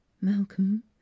Malcolm